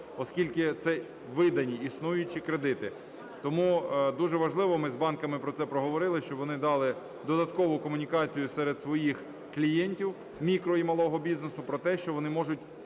оскільки це видані існуючі кредити. Тому дуже важливо, ми з банками про це проговорили, щоб вони дали додаткову комунікацію серед своїх клієнтів мікро- і малого бізнесу про те, що вони можуть